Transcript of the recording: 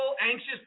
anxious